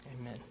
amen